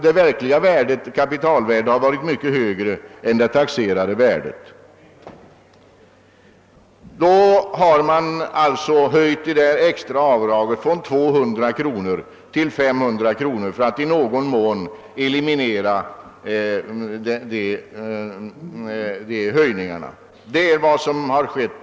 Det verkliga värdet har varit mycket högre än det taxerade värdet, och för att i någon mån eliminera denna skillnad har vi höjt det extra avdraget från 200 till 500 kronor. Det är vad som har skett.